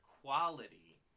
quality